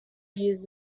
use